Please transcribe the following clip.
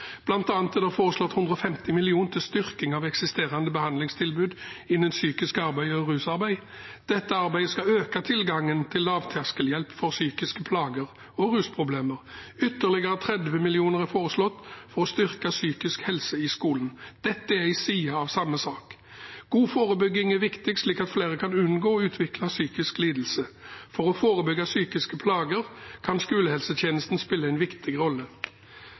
er det foreslått 150 mill. kr til styrking av eksisterende behandlingstilbud innen psykisk arbeid og rusarbeid. Dette arbeidet skal øke tilgangen til lavterskelhjelp for psykiske plager og rusproblemer. Ytterligere 30 mill. kr er foreslått for å styrke psykisk helse i skolen. Dette er én side av samme sak. God forebygging er viktig, slik at flere kan unngå å utvikle psykisk lidelse. For å forebygge psykiske plager kan skolehelsetjenesten spille en viktig rolle.